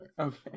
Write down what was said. Okay